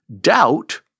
doubt